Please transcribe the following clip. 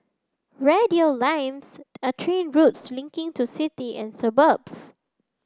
radial lines are train routes linking to city and suburbs